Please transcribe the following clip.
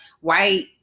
white